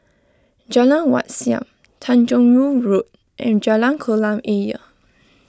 Jalan Wat Siam Tanjong Rhu Road and Jalan Kolam Ayer